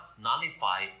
nullify